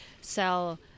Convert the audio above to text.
sell